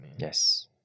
Yes